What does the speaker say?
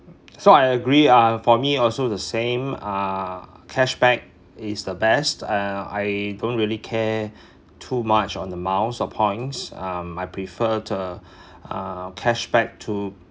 so I agree uh for me also the same uh cash back is the best uh I don't really care too much on the miles or points um I prefer to uh cash back to